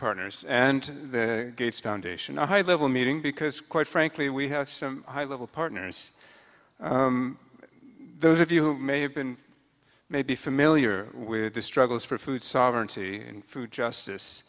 partners and gates foundation a high level meeting because quite frankly we have some high level partners those of you who may have been may be familiar with the struggles for food sovereignty and food justice